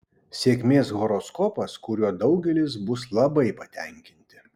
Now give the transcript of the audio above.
sėkmės horoskopas kuriuo daugelis bus labai patenkinti